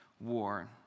war